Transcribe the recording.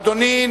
אדוני,